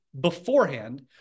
beforehand